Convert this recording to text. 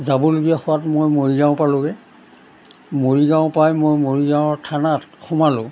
যাবলগীয়া হোৱাত মই মৰিগাঁও পালোঁগৈ মৰিগাঁও পাই মই মৰিগাঁৱৰ থানাত সোমালোঁ